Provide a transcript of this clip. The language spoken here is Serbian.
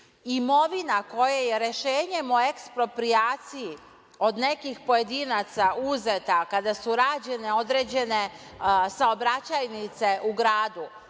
imovina koja je rešenjem o eksproprijaciji od nekih pojedinaca uzeta kada su rađene određene saobraćajnice u gradu,